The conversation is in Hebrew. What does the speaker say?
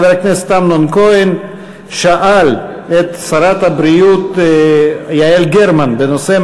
חבר הכנסת אמנון כהן שאל את שרת הבריאות יעל גרמן בנושא: